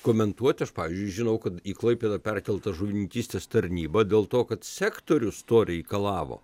komentuot aš pavyzdžiui žinau kad į klaipėdą perkelta žuvininkystės tarnyba dėl to kad sektorius to reikalavo